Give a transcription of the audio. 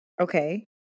Okay